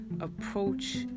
approach